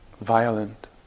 violent